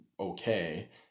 okay